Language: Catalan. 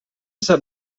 sap